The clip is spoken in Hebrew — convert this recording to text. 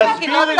תסבירי לי.